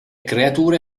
creature